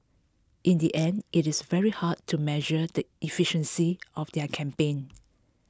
in the end it is very hard to measure the efficiency of their campaign